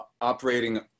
operating